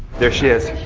there she is.